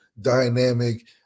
dynamic